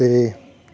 ਅਤੇ